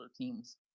teams